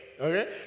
Okay